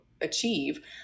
achieve